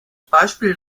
beispiel